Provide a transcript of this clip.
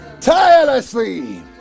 tirelessly